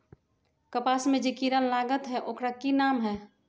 कपास में जे किरा लागत है ओकर कि नाम है?